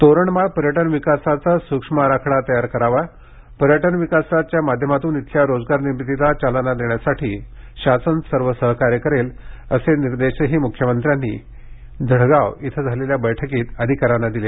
तोरणमाळ पर्यटन विकासाचा सूक्ष्म आराखडा तयार करावा पर्यटन विकासाच्या माध्यमातून इथल्या रोजगार निर्मितीला चालना देण्यासाठी शासन सर्व सहकार्य करेल असे निर्देशही म्ख्यमंत्र्यांनी उद्धव ठाकरे यांनी धडगाव इथं झालेल्या बैठकीत अधिकाऱ्यांना दिले